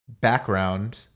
background